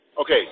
Okay